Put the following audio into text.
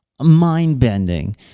Mind-bending